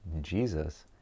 Jesus